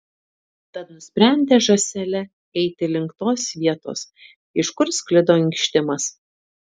tad nusprendė žąsele eiti link tos vietos iš kur sklido inkštimas